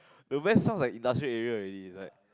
the west sounds like industrial area already like